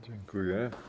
Dziękuję.